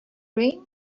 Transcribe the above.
rain